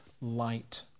light